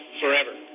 forever